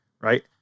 right